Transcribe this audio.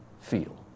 feel